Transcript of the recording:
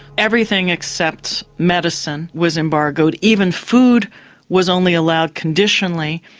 everything except medicine was embargoed even food was only allowed conditionally,